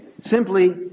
Simply